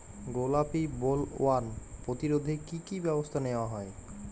গোলাপী বোলওয়ার্ম প্রতিরোধে কী কী ব্যবস্থা নেওয়া হয়?